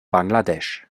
bangladesch